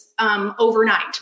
Overnight